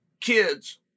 kids